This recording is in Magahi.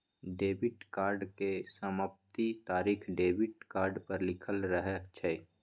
डेबिट कार्ड के समाप्ति तारिख डेबिट कार्ड पर लिखल रहइ छै